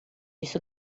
disse